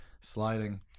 sliding